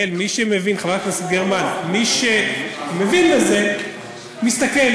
יעל, חברת הכנסת גרמן, מי שמבין בזה מסתכל.